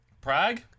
Prague